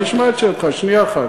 אני אשמע את שאלתך, שנייה אחת.